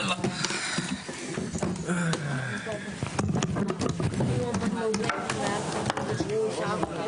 הישיבה ננעלה בשעה 12:59.